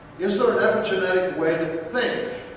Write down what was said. is there an epigenetic way to think